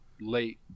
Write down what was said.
late